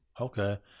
Okay